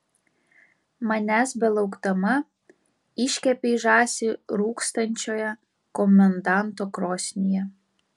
manęs belaukdama iškepei žąsį rūkstančioje komendanto krosnyje